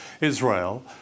Israel